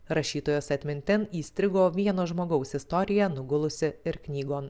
rašytojos atmintin įstrigo vieno žmogaus istorija nugulusi ir knygon